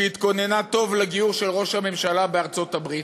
שהתכוננה טוב לביקור של ראש הממשלה בארצות-הברית,